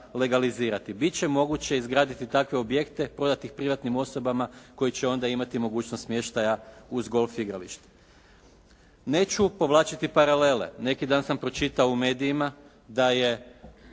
legalizirati. Bit će moguće izgraditi takve objekte, prodati ih privatnim osobama koji će onda imati mogućnost smještaja uz golf igrališta. Neću povlačiti paralele. Neki dan sam pročitao u medijima da je